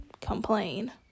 complain